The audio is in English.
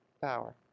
power